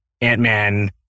Ant-Man